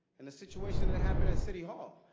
and the situation that happened at city hall.